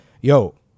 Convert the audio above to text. yo